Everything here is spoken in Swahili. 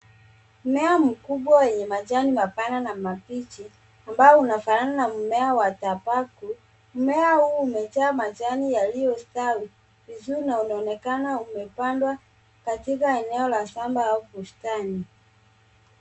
Mmea mkubwa wenye majani mapana na mabichi, ambao unafanana na mmea wa dhabaku. Mmea huu umejaa majani yaliyostawi vizuri na unaonekana umepandwa katika eneo la shamba au bustani.